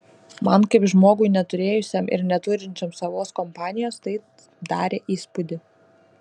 man kaip žmogui neturėjusiam ir neturinčiam savos kompanijos tai darė įspūdį